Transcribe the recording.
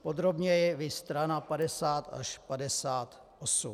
Podrobněji viz strana 50 až 58.